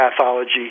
pathology